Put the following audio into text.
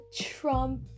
Trump